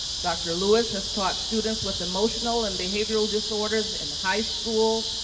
dr. lewis has taught students with emotional and behavioral disorders in high school,